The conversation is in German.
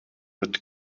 mit